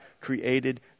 created